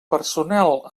personal